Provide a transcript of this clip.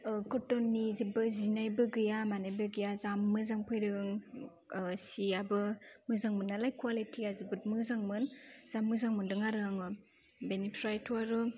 कटननि जेबो जिनायबो गैया मानायबो गैया जा मोजां फैदों सिआबो मोजांमोननालाय कुवालिटिआ जोबोद मोजांमोन जा मोजां मोनदों आरो आङो बेनिफ्रायथ'आरो